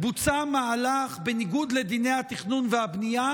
בוצע מהלך בניגוד לדיני התכנון והבנייה,